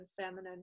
feminine